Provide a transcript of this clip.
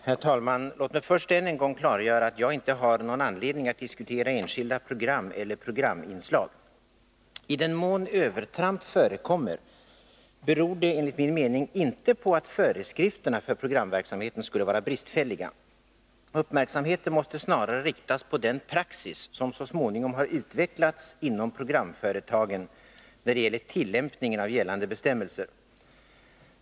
Herr talman! Låt mig först än en gång klargöra att jag inte har någon anledning att diskutera enskilda program eller programinslag. I den mån övertramp förekommer beror det enligt min mening inte på att föreskrifterna för programverksamheten skulle vara bristfälliga. Uppmärksamheten måste snarare riktas på den praxis som småningom har utvecklats inom programföretagen när det gäller tillämpningen av gällande bestämmelser.